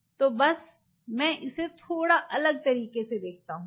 तो बस मैं इसे थोड़ा अलग तरीके से दिखता हूँ